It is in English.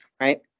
right